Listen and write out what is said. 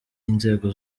inzego